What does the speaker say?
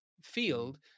field